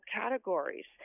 categories